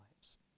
lives